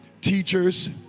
teachers